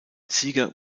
sieger